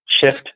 shift